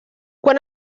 quan